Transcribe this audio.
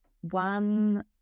one